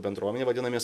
bendruomenėj vadinamės